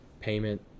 payment